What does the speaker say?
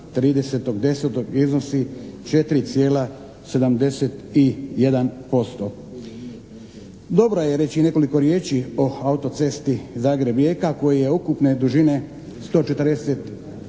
30.10. iznosi 4,71%. Dobro je reći nekoliko riječi o autocesti Zagreb-Rijeka koji je ukupne dužine 146